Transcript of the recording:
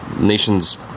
nation's